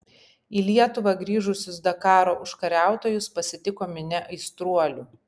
į lietuvą grįžusius dakaro užkariautojus pasitiko minia aistruolių